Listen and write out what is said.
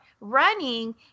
running